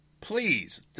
please